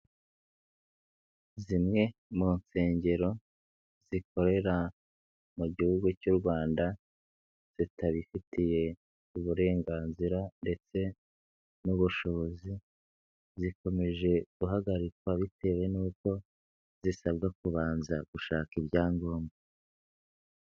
Zimwe mu nsengero zikorera mu Gihugu cy'u Rwanda zitabifitiye uburenganzira ndetse n'ubushobozi zikomeje guhagarikwa bitewe n'uko zisabwa kubanza gushaka ibyangombwa.